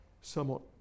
somewhat